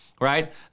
right